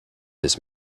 his